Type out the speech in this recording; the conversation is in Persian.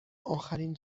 آخرین